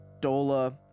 Dola